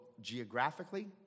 Geographically